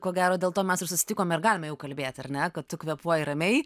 ko gero dėl to mes ir susitikom ir galime jau kalbėti ar ne kad tu kvėpuoji ramiai